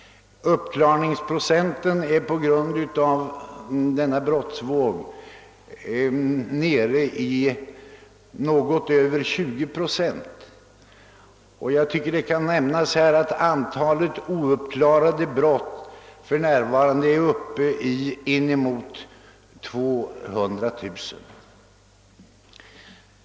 Uppklarningsprocenten är på grund av denna stora brottsvåg nere i något över 20 procent. Antalet ouppklarade brott utgör för närvarande inemot 200 000.